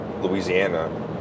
Louisiana